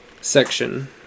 section